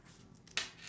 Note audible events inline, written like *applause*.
*noise*